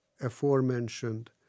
aforementioned